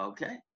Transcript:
Okay